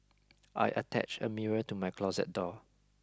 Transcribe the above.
I attached a mirror to my closet door